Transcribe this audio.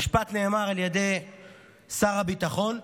המשפט נאמר על ידי שר הביטחון.